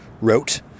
wrote